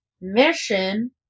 Mission